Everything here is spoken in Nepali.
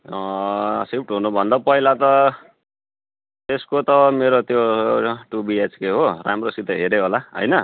सिफ्ट हुनभन्दा पहिला त त्यसको त मेरो त्यो टु बिएचके हो राम्रोसित हेर्यौ होला होइन